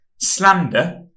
Slander